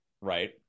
right